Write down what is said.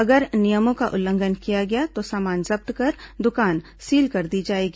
अगर नियमों का उल्लंघन किया गया तो सामान जब्त कर दुकान सील कर दी जाएगी